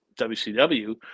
WCW